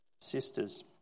sisters